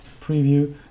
preview